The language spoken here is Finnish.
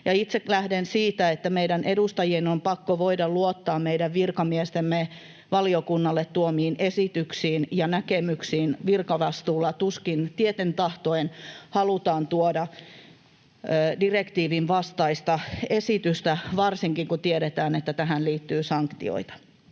Itse lähden siitä, että meidän edustajien on pakko voida luottaa meidän virkamiestemme valiokunnalle tuomiin esityksiin ja näkemyksiin. Virkavastuulla tuskin tieten tahtoen halutaan tuoda direktiivin vastaista esitystä, varsinkin kun tiedetään, että tähän liittyy sanktioita